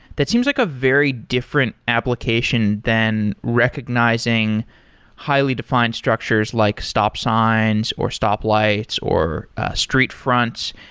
that seems like a very different application than recognizing highly-defined structures, like stop signs, or stop lights, or street fronts.